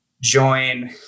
join